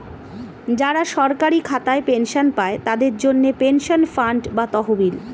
যারা সরকারি খাতায় পেনশন পায়, তাদের জন্যে পেনশন ফান্ড বা তহবিল